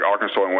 Arkansas